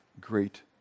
great